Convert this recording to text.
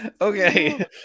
Okay